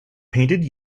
painted